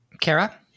Kara